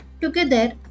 together